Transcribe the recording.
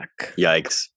Yikes